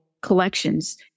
collections